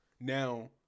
now